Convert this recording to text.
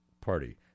Party